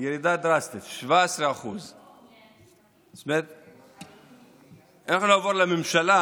ירידה דרסטית, 17%. אנחנו נעבור לממשלה.